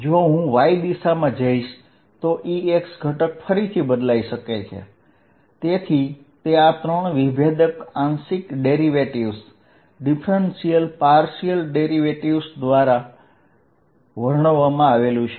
જો હું y દિશામાં જઈશ તો Ex ઘટક ફરીથી બદલાઈ શકે છે તેથી તે આ ત્રણ વિભેદક આંશિક ડેરિવેટિવ્ઝ દ્વારા વર્ણવવામાં આવ્યું છે